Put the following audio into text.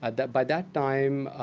and by that time,